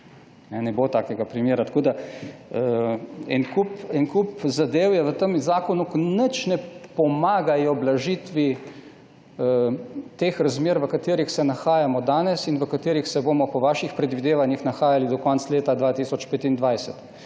Ne bo takega primera. Cel kup zadev je v tem zakonu, ki nič ne pomagajo blažiti te razmere, v katerih se nahajamo danes in v katerih se bomo po vaših predvidevanjih nahajali do konca leta 2025.